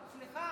סליחה,